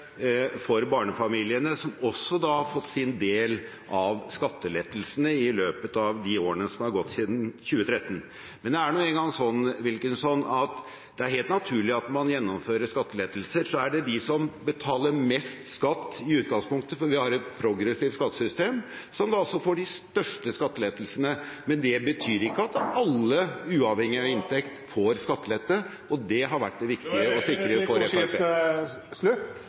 for barnefamiliene, som også har fått sin del av skattelettelsene i løpet av de årene som har gått siden 2013. Men det er nå engang sånn at det er helt naturlig at når man gjennomfører skattelettelser, er det de som betaler mest skatt i utgangspunktet, for vi har et progressivt skattesystem, som da også får de største skattelettelsene. Men det betyr ikke at alle, uavhengig av inntekt, får skattelette, og det har vært det viktigste å sikre for Fremskrittspartiet. Då er replikkordskiftet slutt.